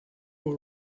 who